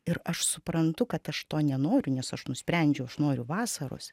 ir aš suprantu kad aš to nenoriu nes aš nusprendžiau aš noriu vasaros